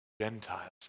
Gentiles